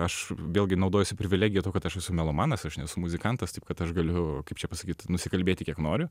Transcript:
aš vėlgi naudojuosi privilegija tuo kad aš esu melomanas aš nesu muzikantas taip kad aš galiu kaip čia pasakyt nusikalbėti kiek noriu